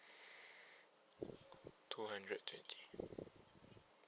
two hundred twenty